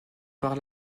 par